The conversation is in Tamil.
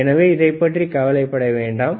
எனவே இதைப் பற்றி கவலைப்பட வேண்டாம்